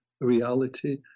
reality